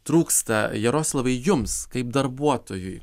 trūksta jaroslavai jums kaip darbuotojui